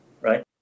right